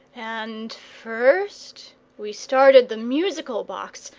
and first we started the musical box,